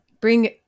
bring